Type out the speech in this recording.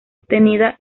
obtenida